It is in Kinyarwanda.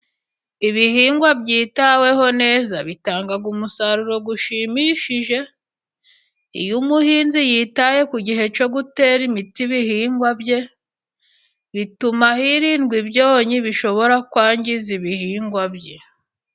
Ibihingwa byitaweho neza， bitanga umusaruro ushimishije， iyo umuhinzi yitaye ku gihe cyo gutera， imiti ibihigwa. bye bituma hirinddwawi ibyonnyi bishobora kwangiza ibihingwa bye.